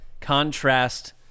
contrast